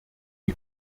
die